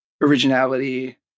originality